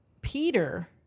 Peter